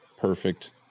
perfect